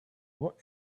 what